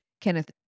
Kenneth